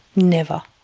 never.